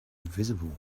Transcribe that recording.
visible